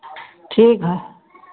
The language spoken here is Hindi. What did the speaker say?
ठीक है